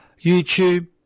YouTube